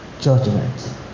judgment